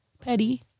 Petty